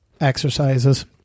exercises